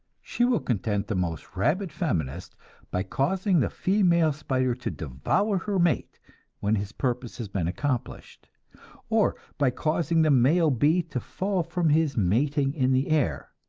she will content the most rabid feminist by causing the female spider to devour her mate when his purpose has been accomplished or by causing the male bee to fall from his mating in the air,